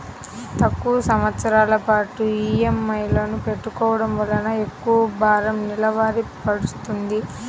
తక్కువ సంవత్సరాల పాటు ఈఎంఐలను పెట్టుకోవడం వలన ఎక్కువ భారం నెలవారీ పడ్తుంది